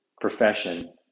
profession